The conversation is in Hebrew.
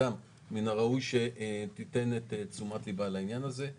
מן הראוי שתיתן את תשומת ליבה לעניין הזה.